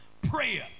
Prayer